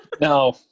No